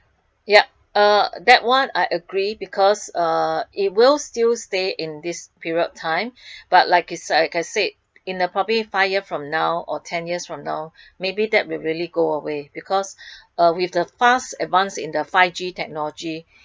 yup uh that one I agree because uh it will still stay in this period of time but like it's like I said in the probably five year from now or ten years from now maybe that would really go away because with the fast advance in the five G technology